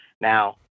Now